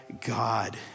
God